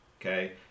Okay